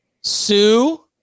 Sue